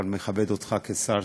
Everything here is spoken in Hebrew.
אבל מכבד אותך כשר,